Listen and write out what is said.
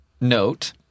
note